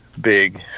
big